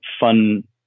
fun